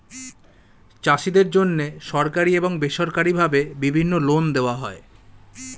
চাষীদের জন্যে সরকারি এবং বেসরকারি ভাবে বিভিন্ন লোন দেওয়া হয়